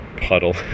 puddle